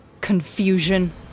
confusion